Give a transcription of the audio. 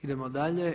Idemo dalje.